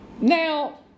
Now